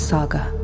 Saga